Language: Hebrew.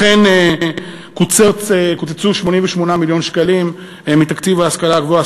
אכן קוצצו 88 מיליון שקלים מתקציב ההשכלה הגבוהה.